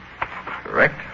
Correct